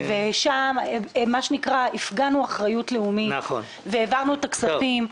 שם הפגנו אחריות לאומית והעברנו את הכספים.